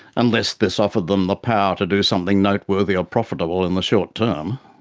unless this offered them the power to do something noteworthy or profitable in the short term.